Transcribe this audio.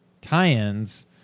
tie-ins